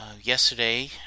Yesterday